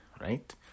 right